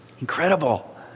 Incredible